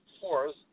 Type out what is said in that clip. fourth